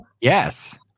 Yes